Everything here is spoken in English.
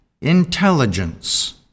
Intelligence